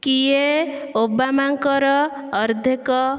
କିଏ ଓବାମାଙ୍କର ଅର୍ଦ୍ଧେକ